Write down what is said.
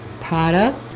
product